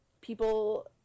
people